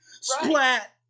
Splat